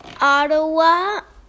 ottawa